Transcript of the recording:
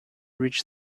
reached